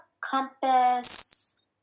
compass